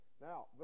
Now